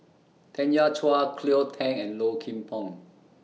Tanya Chua Cleo Thang and Low Kim Pong